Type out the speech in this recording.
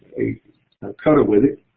a cutter with it,